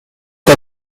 the